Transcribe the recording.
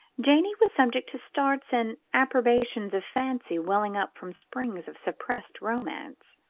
janey was subject to starts and aberrations of fancy welling up from springs of suppressed romance.